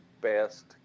best